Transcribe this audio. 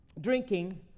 drinking